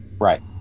Right